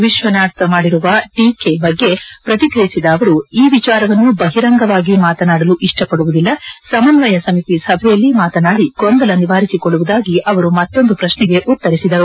ವಿಶ್ವನಾಥ್ ಮಾಡಿರುವ ಟೀಕೆ ಬಗ್ಗೆ ಪ್ರತಿಕ್ರಿಯಿಸಿದ ಅವರು ಈ ವಿಚಾರವನ್ನು ಬಹಿರಂಗವಾಗಿ ಮಾತನಾಡಲು ಇಷ್ವಪಡುವುದಿಲ್ಲ ಸಮನ್ವಯ ಸಮಿತಿ ಸಭೆಯಲ್ಲಿ ಮಾತನಾದಿ ಗೊಂದಲ ನಿವಾರಿಸಿಕೊಳ್ಳುವುದಾಗಿ ಅವರು ಮತ್ತೊಂದು ಪ್ರಶ್ನೆಗೆ ಉತ್ತರಿಸಿದರು